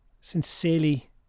sincerely